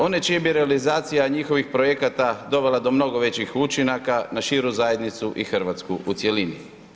One čije bi realizacija njihovih projekata dovela do mnogo većih učinaka na širu zajednicu i Hrvatsku u cjelini.